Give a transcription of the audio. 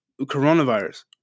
coronavirus